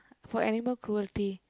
for animal cruelty